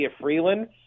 Freeland